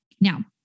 Now